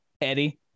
Eddie